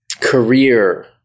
career